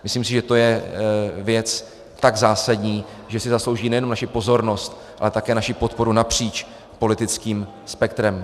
Myslím si, že to je věc tak zásadní, že si zaslouží nejenom naši pozornost, ale také naši podporu napříč politickým spektrem.